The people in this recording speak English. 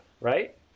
right